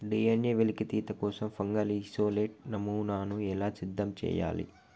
DNA వెలికితీత కోసం fungal isolate నమూనాను ఎలా సిద్ధం చెయ్యాలి?